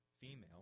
female